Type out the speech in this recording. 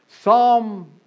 Psalm